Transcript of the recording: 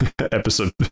Episode